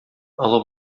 олы